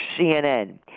CNN